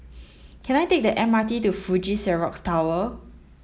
can I take the M R T to Fuji Xerox Tower